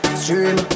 stream